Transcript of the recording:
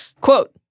Quote